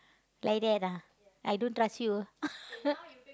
like that ah I don't trust you